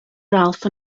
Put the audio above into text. ralph